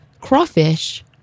crawfish